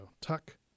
Tuck